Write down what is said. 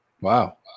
Wow